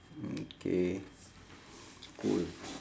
mm K cool